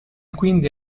quindi